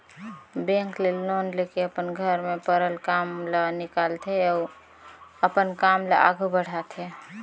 bank ले loan लेके अपन घर में परल काम ल निकालथे अउ अपन काम ल आघु बढ़ाथे